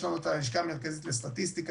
יש לנו את הלשכה המרכזית לסטטיסטיקה,